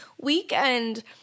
weekend